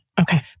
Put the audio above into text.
Okay